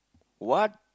what